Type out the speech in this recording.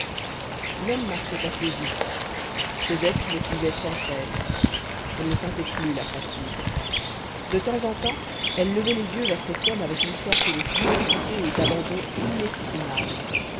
l'homme marchait assez vite cosette le suivait sans peine elle ne sentait plus la fatigue de temps en temps elle levait les yeux vers cet homme avec une sorte de tranquillité et d'abandon